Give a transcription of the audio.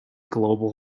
global